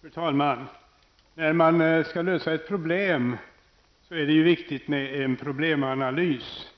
Fru talman! När man skall lösa ett problem, är det ju viktigt med en problemanalys.